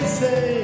say